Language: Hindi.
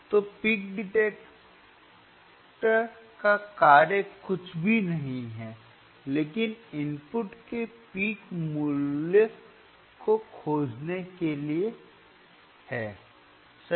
तो पिक डिटेक्टर का कार्य कुछ भी नहीं है लेकिन इनपुट के पिक मूल्य को खोजने के लिए हैं सही